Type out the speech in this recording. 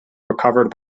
recovered